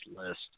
list